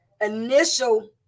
initial